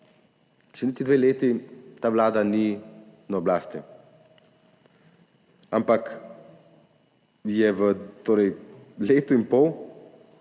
še niti dve leti ta vlada ni na oblasti, ampak je v letu in pol